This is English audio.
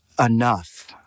enough